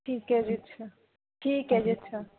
ਠੀਕ ਹੈ ਜੀ ਅੱਛਾ ਠੀਕ ਹੈ ਜੀ ਅੱਛਾ